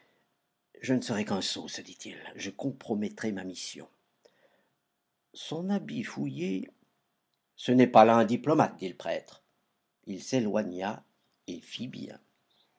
je ne serais qu'un sot se dit-il je compromettrais ma mission son habit fouillé ce n'est pas là un diplomate dit le prêtre il s'éloigna et fit bien